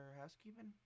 housekeeping